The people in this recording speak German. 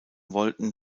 wollten